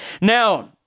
Now